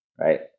right